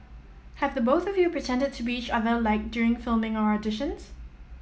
have the both of you pretended to be each other like during filming or auditions